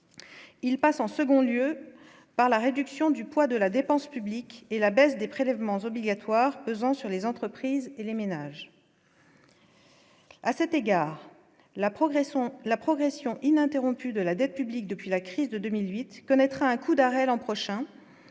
il passe en second lieu, par la réduction du poids de la dépense publique et la baisse des prélèvements obligatoires pesant sur les entreprises et les ménages. à cet égard la progression, la progression ininterrompue de la dette publique depuis la crise de 2008 connaîtra un coup d'arrêt l'an prochain